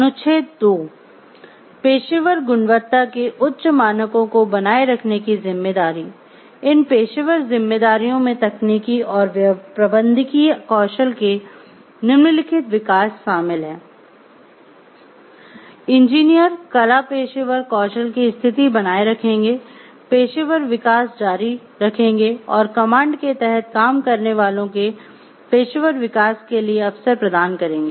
अनुच्छेद 2 पेशेवर गुणवत्ता के उच्च मानकों को बनाए रखने की जिम्मेदारी इन पेशेवर जिम्मेदारियों में तकनीकी और प्रबंधकीय कौशल के निम्नलिखित विकास शामिल हैं इंजीनियर कला पेशेवर कौशल की स्थिति बनाए रखेंगे पेशेवर विकास जारी रखेंगे और कमांड के तहत काम करने वालों के पेशेवर विकास के लिए अवसर प्रदान करेंगे